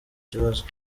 kibazo